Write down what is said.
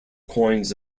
coins